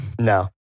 no